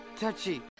touchy